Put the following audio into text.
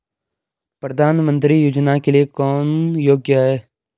प्रधानमंत्री योजना के लिए कौन योग्य है?